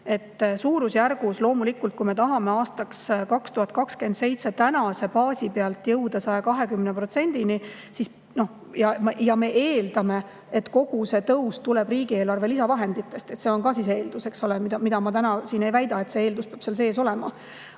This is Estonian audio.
analüüsi. Suurusjärgus me loomulikult tahame aastaks 2027 tänase baasi pealt jõuda 120%-ni ja me eeldame, et kogu see tõus tuleb riigieelarve lisavahenditest. See on eeldus, eks ole, ma täna siin ei väida, et see eeldus peab seal sees olema.